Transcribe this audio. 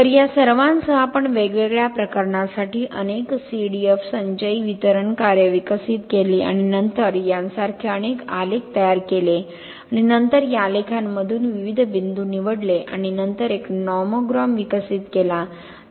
तर या सर्वांसह आपण वेगवेगळ्या प्रकरणांसाठी अनेक CDF संचयी वितरण कार्ये विकसित केली आणि नंतर यासारखे अनेक आलेख तयार केले आणि नंतर या आलेखांमधून विविध बिंदू निवडले आणि नंतर एक नॉमोग्राम विकसित केला